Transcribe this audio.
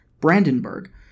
Brandenburg